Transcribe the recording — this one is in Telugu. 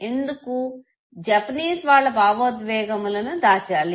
ఎందుకు జాపనీస్ వాళ్ళ భావోద్వేగములను దాచాలి